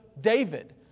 David